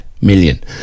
million